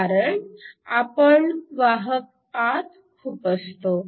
कारण आपण वाहक आत खुपसतो